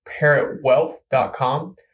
parrotwealth.com